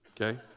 okay